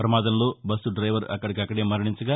ప్రమాదంలో bus driver అక్కడికక్కడే మరణించగా